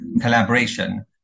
collaboration